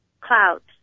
clouds